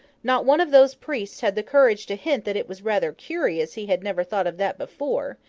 not one of those priests had the courage to hint that it was rather curious he had never thought of that before,